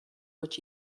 which